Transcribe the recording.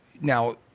now